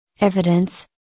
Evidence